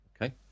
Okay